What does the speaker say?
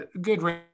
Good